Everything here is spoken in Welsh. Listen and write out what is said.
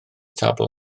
tabl